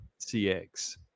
CX